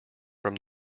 from